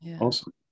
Awesome